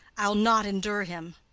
i'll not endure him.